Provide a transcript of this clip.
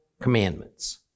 commandments